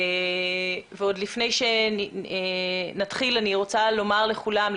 לפני שנתחיל אני רוצה לומר לכולם,